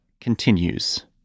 continues